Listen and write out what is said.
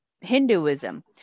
Hinduism